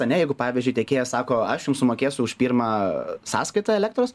ane jeigu pavyzdžiui tiekėjas sako aš jums sumokėsiu už pirmą sąskaitą elektros